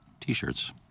T-shirts